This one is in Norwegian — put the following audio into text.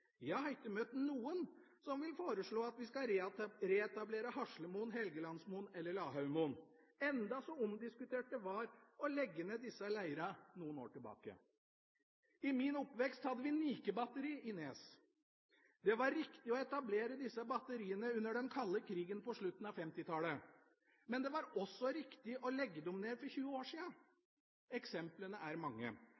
Jeg har ikke møtt noen som vil foreslå at vi skal reetablere Haslemoen, Helgelandsmoen eller Lahaugmoen – enda så omdiskutert det var å legge ned disse leirene noen år tilbake. I min oppvekst hadde vi NIKE-batteri i Nes. Det var riktig å etablere disse batteriene under den kalde krigen på slutten av 1950-tallet, men det var også riktig å legge dem ned for 20 år